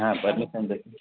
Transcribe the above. હા પરમિશન